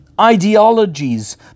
ideologies